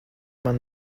man